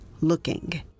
looking